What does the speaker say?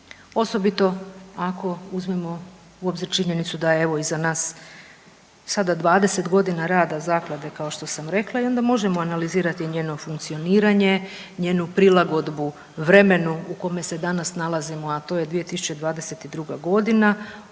osobito ako uzmemo u obzir činjenicu da je evo iza nas sada 20.g. rada zaklade kao što sam rekla i onda možemo analizirati njeno funkcioniranje, njenu prilagodbu vremenu u kome se danas nalazimo, a to je 2022.g..